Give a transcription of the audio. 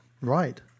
Right